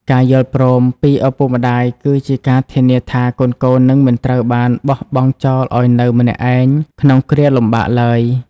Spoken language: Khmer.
ការយល់ព្រមពីឪពុកម្ដាយគឺជាការធានាថា កូនៗនឹងមិនត្រូវបានបោះបង់ចោលឱ្យនៅម្នាក់ឯងក្នុងគ្រាលំបាកឡើយ។